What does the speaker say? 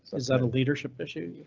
is that a leadership issue?